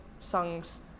songs